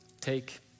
Take